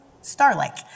star-like